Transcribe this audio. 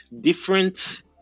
different